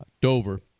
Dover